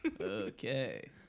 Okay